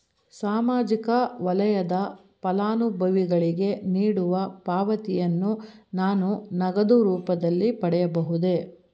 ಸಾಮಾಜಿಕ ವಲಯದ ಫಲಾನುಭವಿಗಳಿಗೆ ನೀಡುವ ಪಾವತಿಯನ್ನು ನಾನು ನಗದು ರೂಪದಲ್ಲಿ ಪಡೆಯಬಹುದೇ?